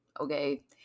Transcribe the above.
okay